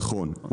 נכון.